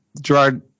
gerard